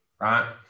right